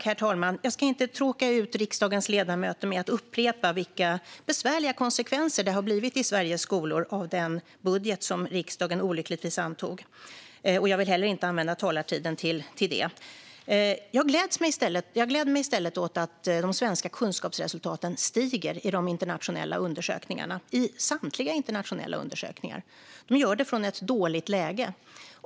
Herr talman! Jag ska inte tråka ut riksdagens ledamöter med att upprepa vilka besvärliga konsekvenser det har blivit i Sveriges skolor av den budget som riksdagen olyckligtvis antog. Jag vill heller inte använda talartiden till det. Jag gläder mig i stället åt att de svenska kunskapsresultaten stiger i samtliga internationella undersökningar. De gör det från ett dåligt läge.